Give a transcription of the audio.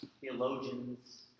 theologians